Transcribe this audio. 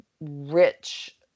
rich